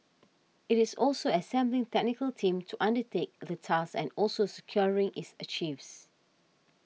it is also assembling technical team to undertake the task and also securing its archives